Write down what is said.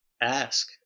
ask